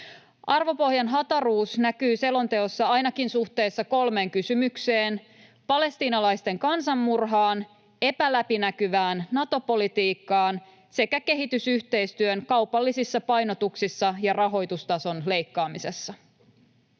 Arvopohjan hataruus näkyy selonteossa ainakin suhteessa kolmeen kysymykseen: palestiinalaisten kansanmurhaan ja epäläpinäkyvään Nato-politiikkaan sekä kehitysyhteistyön kaupallisissa painotuksissa ja rahoitustason leikkaamisessa.